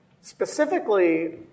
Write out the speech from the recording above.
specifically